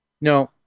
No